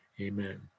Amen